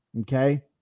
Okay